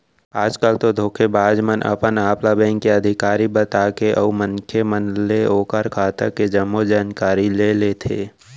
आज कल तो धोखेबाज मन अपन आप ल बेंक के अधिकारी बताथे अउ मनखे मन ले ओखर खाता के जम्मो जानकारी ले लेथे